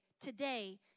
today